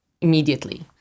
immediately